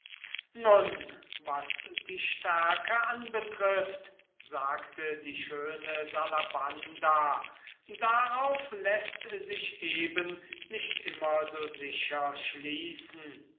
nun was die stärke anbetrifft sagte die schöne salabanda darauf läßt sich eben nicht immer so sicher schließen